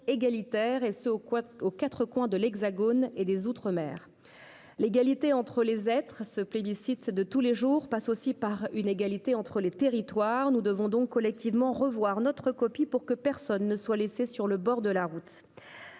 et cela en tout point de l'Hexagone et des outre-mer. L'égalité entre les êtres, ce plébiscite de tous les jours, passe aussi par une égalité entre les territoires. Nous devons collectivement revoir notre copie pour que personne ne soit laissé sur le bord de la route.